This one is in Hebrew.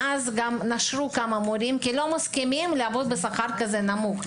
מאז נשרו כמה מורים כי לא מסכימים לעבוד בשכר כזה נמוך.